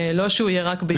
לא שהוא יהיה רק ביוני.